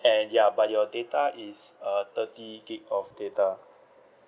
and ya but your data is uh thirty gig of data